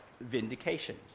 vindication